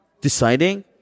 deciding